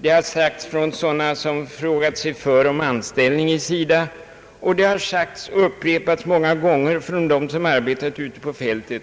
Det har sagts av personer som hört sig för om anställning i SIDA och det har sagts och upprepats många gånger av dem som arbetar ute på fältet.